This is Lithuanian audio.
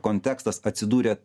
kontekstas atsidūrė